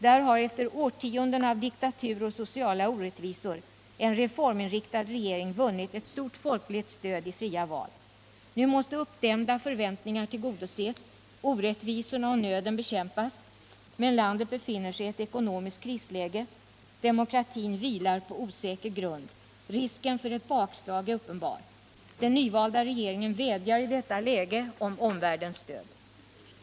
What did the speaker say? Där har efter årtionden av diktatur och sociala orättvisor en reforminriktad regering vunnit ett stort folkligt stöd i fria val. Nu måste uppdämda förväntningar tillgodoses, orättvisorna och nöden bekämpas. Men landet befinner sig i ett ekonomiskt krisläge, demokratin vilar på osäker grund, risken för ett bakslag är uppenbar. Den nyvalda regeringen vädjar i detta läge om omvärldens stöd.